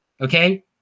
Okay